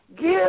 give